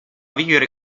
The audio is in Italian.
vivere